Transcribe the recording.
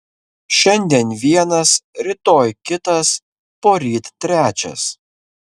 šiandien vienas rytoj kitas poryt trečias